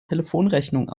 telefonrechnung